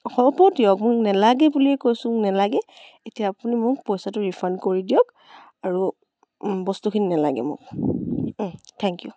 হ'ব দিয়ক মোক নালাগে বুলি কৈছোঁ নালাগে এতিয়া আপুনি মোক পইচাটো ৰিফাণ্ড কৰি দিয়ক আৰু বস্তুখিনি নালাগে মোক থেংক ইউ